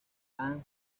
han